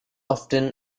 often